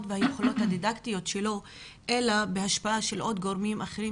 והיכולות הדידקטיות שלו אלא הוא נמדד לפי גורמים אחרים,